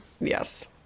Yes